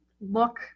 look